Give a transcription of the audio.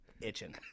itching